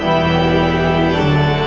and